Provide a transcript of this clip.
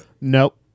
Nope